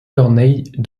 corneille